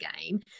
game